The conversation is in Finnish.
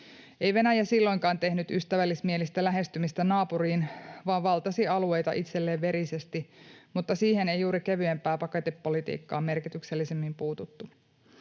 Ei Venäjä silloinkaan tehnyt ystävällismielistä lähestymistä naapuriin, vaan valtasi alueita itselleen verisesti, mutta siihen ei juuri kevyempää pakotepolitiikkaa merkityksellisemmin puututtu.